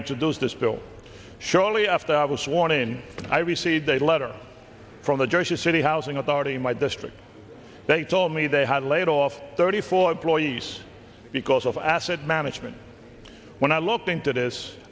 introduce this bill shortly after i was sworn in i received a letter from the jersey city housing authority in my district they told me they had laid off thirty four ploy yes because of asset management when i looked into this